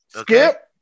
Skip